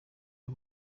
w’u